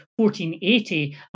1480